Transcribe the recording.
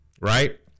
right